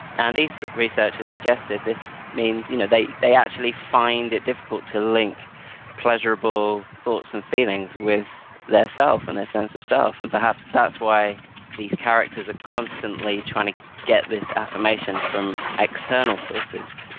and these researchers suggested this means you know they they actually find it difficult to link pleasurable thoughts and feelings with their self and their sense of self. and perhaps that's why these characters are constantly trying to get this affirmation from external sources,